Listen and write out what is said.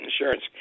insurance